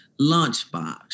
lunchbox